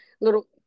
little